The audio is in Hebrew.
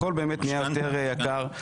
הכול נהיה יותר יקר,